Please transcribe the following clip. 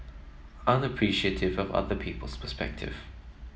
aren't appreciative of other people's perspective